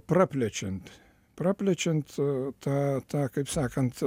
praplečiant praplečiant tą tą kaip sakant